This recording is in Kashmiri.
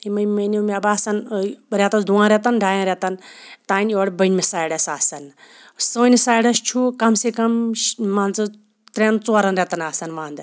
یِمے مٲنِو مےٚ باسان ریٚتَس دۄن ریٚتَن ڈایَن ریٚتَن تانۍ یورٕ بٔنمِس سایڈَس آسان سٲنِس سایڈَس چھُ کَم سے کَم مان ژٕ تریٚن ژورَن ریٚتَن آسان وَندٕ